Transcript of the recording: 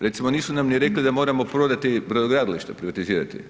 Recimo nisu nam ni rekli da moramo prodati brodogradilišta, privatizirati.